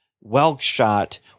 well-shot